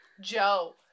Joe